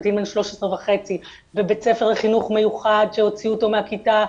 הקטין בן 13 וחצי בבית ספר לחינוך מיוחד שהוציאו אותו מהכיתה,